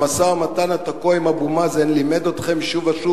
המשא-ומתן התקוע עם אבו מאזן לימד אתכם שוב ושוב